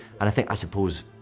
and i think, i suppose,